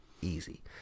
easy